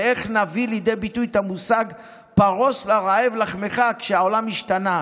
ואיך נביא לידי ביטוי את המושג "פרוס לרעב לחמך" כשהעולם השתנה,